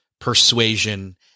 persuasion